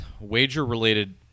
wager-related